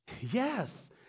Yes